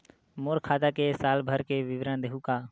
मोर खाता के साल भर के विवरण देहू का?